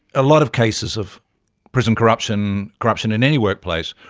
a lot of cases of prison corruption, corruption in any workplace,